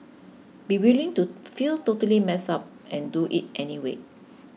be willing to feel totally messed up and do it anyway